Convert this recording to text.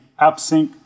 AppSync